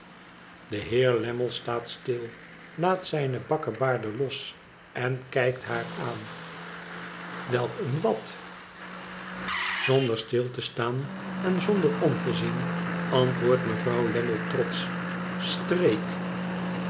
de heer lammie staat stil laat zijne bakkebaarden los en kijkt haar aan welk een wat zonder stil te staan en zonder om te zien antwoordt mevrouw lammie trotsch streek